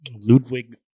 Ludwig